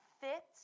fit